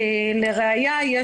לראייה,